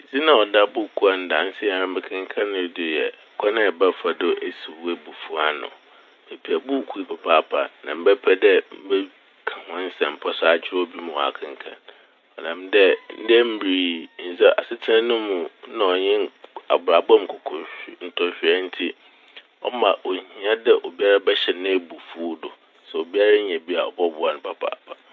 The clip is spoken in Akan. Dzin a ɔda buukuu a ndaansa yi ara mekenkanee no do yɛ 'Kwan A Ɛbɛfa Do Esiw W'ebufuw Ano'. Mepɛ buukuu yi papaapa na mebɛpɛ dɛ mebe - ka ho nsɛmpa so akyerɛ obi so ma ɔakenkan. Ɔnam dɛ ndɛ ber yi ndzɛ- asetsena no mu na ɔnye abrabɔmu nkukuhwe - ntɔhwee ntsi ɔma ohia dɛ obiara bɛhyɛ n'ebufuw do. Sɛ obiara nya bi obɔboa n' papaapa.